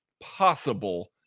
possible